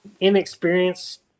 inexperienced